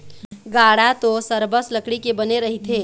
गाड़ा तो सरबस लकड़ी के बने रहिथे